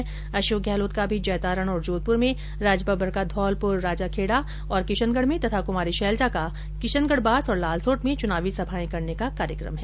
वहीं अशोक गहलोत का भी जैतारण और जोधपुर में राजबब्बर का धौलपुर राजाखेडा और किशनगढ में तथा कुमारी शैलजा का किशनगढबास और लालसोट में चुनावी सभाए करने का कार्यक्रम है